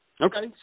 Okay